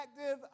active